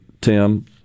Tim